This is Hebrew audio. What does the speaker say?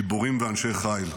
גיבורים ואנשי חיל.